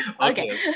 Okay